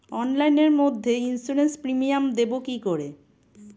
অনলাইনে মধ্যে insurance premium দেবো কি করে?